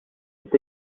est